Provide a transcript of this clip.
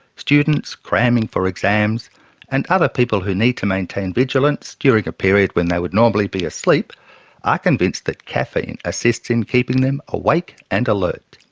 students cramming for exams and other people who need to maintain vigilance during a period when they would normally be asleep are convinced that caffeine assists in keeping them awake and alert.